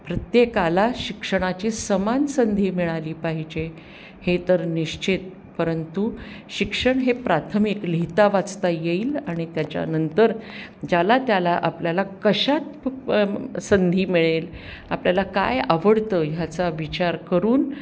प्रत्येकाला शिक्षणाची समान संधी मिळाली पाहिजे हे तर निश्चित परंतु शिक्षण हे प्राथमिक लिहिता वाचता येईल आणि त्याच्यानंतर ज्याला त्याला आपल्याला कशात संधी मिळेल आपल्याला काय आवडतं ह्याचा विचार करून